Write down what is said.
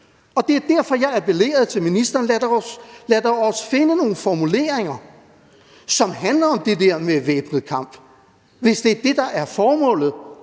og det er derfor, jeg appellerede til ministeren: Lad os dog finde nogle formuleringer, som handler om det der med væbnet kamp, hvis det er det, der er formålet